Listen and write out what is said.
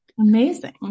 Amazing